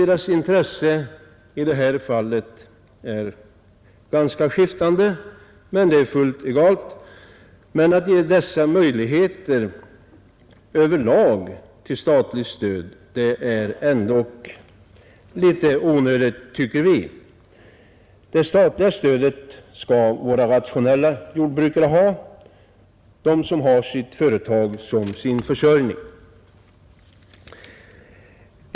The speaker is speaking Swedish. Deras intressen i detta avseende är ganska skiftande, och vi tycker att det är litet onödigt att över lag ge dessa personer möjligheter till statligt stöd. Det statliga stödet skall gå till de jordbrukare som driver ett rationellt jordbruk och som har detta som sin försörjning.